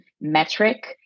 metric